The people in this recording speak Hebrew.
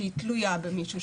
שהיא תלויה במישהו,